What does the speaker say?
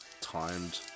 timed